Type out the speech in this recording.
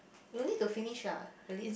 no need to finish lah really